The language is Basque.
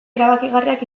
erabakigarriak